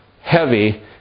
heavy